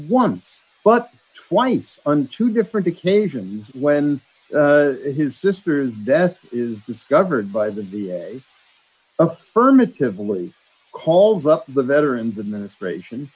once but twice on two different occasions when his sister's death is discovered by the affirmatively calls up the veterans administration